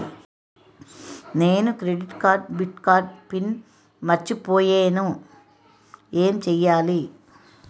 నేను credit card debit card pin మర్చిపోయేను ఎం చెయ్యాలి?